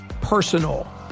personal